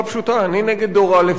אני נגד דור א' ודור ב'.